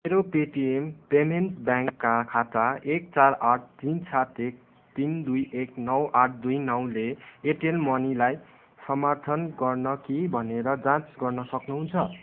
मेरो Paytm payment ब्याङ्कका खाता एक चार आठ तिन सात एक तिन दुई एक नौ आठ दुई नौले एयरटेल मनीलाई समर्थन गर्न कि भनेर जाँच गर्न सक्नु हुन्छ